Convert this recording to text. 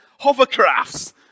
hovercrafts